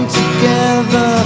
together